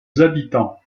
habitants